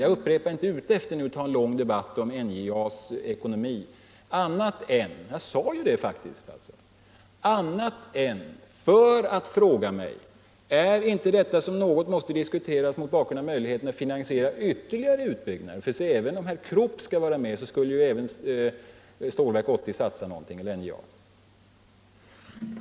Jag upprepar att jag nu inte är ute efter att ta upp en lång debatt om NJA:s ekonomi annat än — och det sade jag faktiskt tidigare — för att fråga om inte detta måste diskuteras mot bakgrunden av möjligheten att finansiera en ytterligare utbyggnad. Ty även om Krupp skall vara med, skall ju även NJA satsa en del.